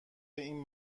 این